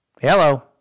Hello